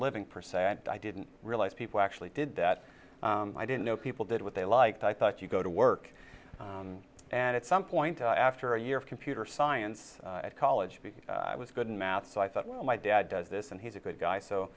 living person and i didn't realize people actually did that i didn't know people did what they liked i thought you go to work and at some point after a year of computer science at college i was good in math so i thought well my dad does this and he's a good guy so